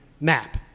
map